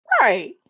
right